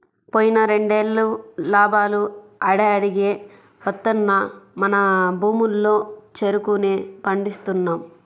పోయిన రెండేళ్ళు లాభాలు ఆడాడికే వత్తన్నా మన భూముల్లో చెరుకునే పండిస్తున్నాం